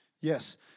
Yes